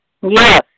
Yes